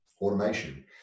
automation